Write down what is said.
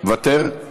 מוותר?